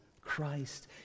Christ